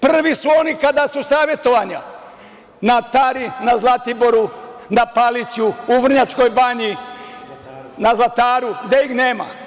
Prvi su oni kada su savetovanja na Tari, na Zlatiboru, na Paliću, u Vrnjačkoj Banji, na Zlataru, gde ih nema.